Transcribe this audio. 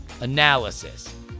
analysis